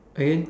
again